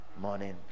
morning